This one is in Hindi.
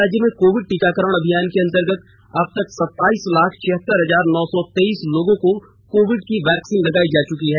राज्य में कोविड टीकाकरण अभियान के अंतर्गत अब तक सताईस लाख छिहतर हजार नौ सौ तेइस लोगों को कोविड की वैक्सीन लगाई जा चुंकी है